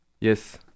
Yes